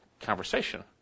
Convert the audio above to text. conversation